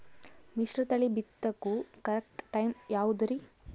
ಮಿಶ್ರತಳಿ ಬಿತ್ತಕು correct time ಯಾವುದರಿ?